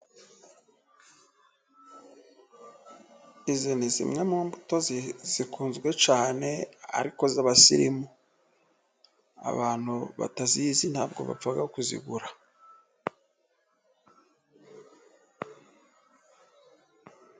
Izi ni zimwe mu mbuto zikunzwe cyane ariko z'abasirimu, abantu batazizi ntabwo bapfa kuzigura.